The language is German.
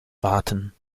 warten